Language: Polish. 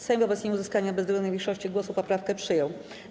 Sejm wobec nieuzyskania bezwzględnej większości głosów poprawkę przyjął.